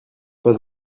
pas